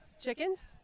Chickens